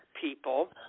people